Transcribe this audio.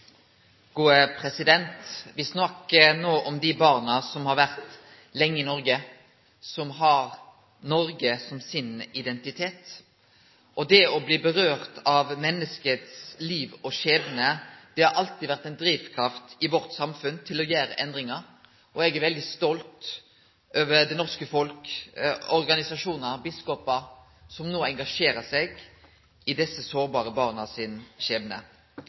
snakkar no om dei barna som har vore lenge i Noreg, som har Noreg som sin identitet. Det å bli rørt ved av menneskes liv og skjebne har alltid vore ei drivkraft til å gjere endringar i samfunnet vårt, og eg er veldig stolt over det norske folk og over organisasjonar og biskopar som no engasjerer seg i desse sårbare barna sin skjebne.